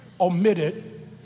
omitted